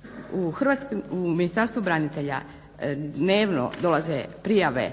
status. U Ministarstvu branitelja dnevno dolaze prijave